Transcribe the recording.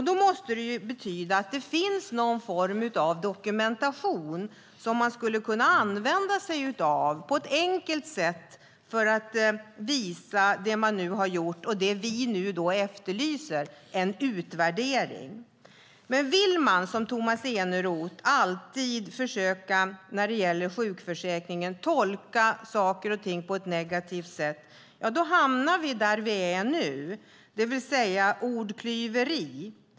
Det måste betyda att det finns någon form av dokumentation som man skulle använda sig av på ett enkelt sätt för att visa det man har gjort och det vi nu efterlyser, en utvärdering. Men vill man, som Tomas Eneroth, när det gäller sjukförsäkringen alltid tolka saker och ting på ett negativt sätt hamnar vi där vi är nu, det vill säga i ordklyveri.